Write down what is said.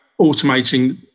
automating